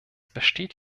besteht